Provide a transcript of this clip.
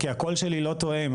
כי הקול שלי לא תואם,